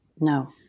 No